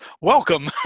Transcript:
welcome